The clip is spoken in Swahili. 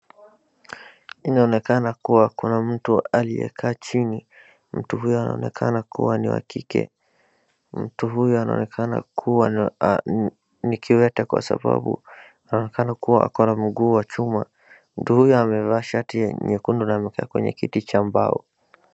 Inaonekana kuwa kuna mtu aliyekaa chini, mtu huyu anaonekana kuwa ni wa kike mtu huyu anaonekana kuwa ni kiwete kwa sababu anaonekana kuwa ako na mguu wa chuma, mtu huyu amevaa shati nyekundu na amekaa kwenye kiti cha mbao.